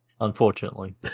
Unfortunately